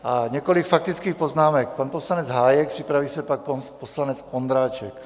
A několik faktických poznámek pan poslanec Hájek, připraví se pan poslanec Ondráček.